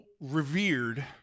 revered